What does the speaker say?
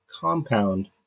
compound